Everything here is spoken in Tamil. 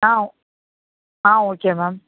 ஆ ஆ ஓகே மேம்